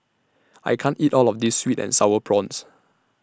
I can't eat All of This Sweet and Sour Prawns